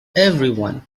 everyone